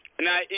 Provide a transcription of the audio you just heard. Now